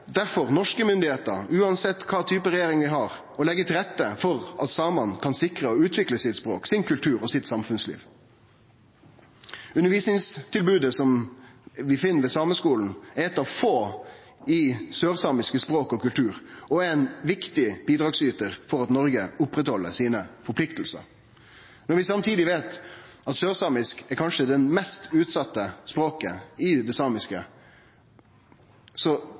derfor norske styresmakter ‒ uansett kva for type regjering vi har ‒ å leggje til rette for at samane kan sikrast å utvikle sitt språk, sin kultur og sitt samfunnsliv. Undervisningstilbodet som vi finn ved Sameskolen, er eit av få i sørsamisk språk og kultur, og er ein viktig bidragsytar til at Noreg opprettheld forpliktingane sine. Når vi samtidig veit at sørsamisk kanskje er det mest utsette samiske språket, er det